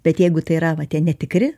bet jeigu tai yra va tie netikri